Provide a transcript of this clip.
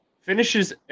Finishes